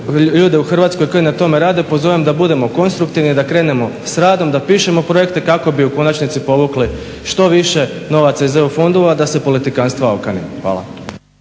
ljude u Hrvatskoj koji na tome rade pozovem da budemo konstruktivni da krenemo s radom, da pišemo projekte kako bi u konačnici povukli što više novaca iz EU fondova da se politikantstva okane. Hvala.